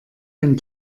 ein